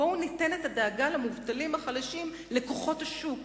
בואו נפקיד את הדאגה למובטלים החלשים בידי כוחות השוק.